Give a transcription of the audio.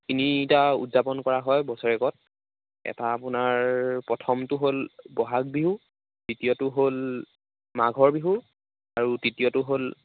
তিনিটা উদযাপন কৰা হয় বছৰেকত এটা আপোনাৰ প্ৰথমটো হ'ল ব'হাগ বিহু দ্বিতীয়টো হ'ল মাঘৰ বিহু আৰু তৃতীয়টো হ'ল